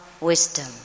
wisdom